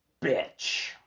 bitch